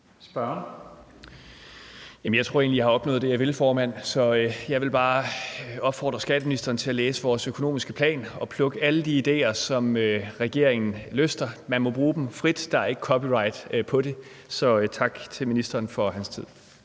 at jeg har opnået det, jeg ville, formand, så jeg vil bare opfordre skatteministeren til at læse vores økonomiske plan og plukke alle de idéer, som regeringen lyster. Man må bruge dem frit; der er ikke copyright på det. Så tak til ministeren for hans tid.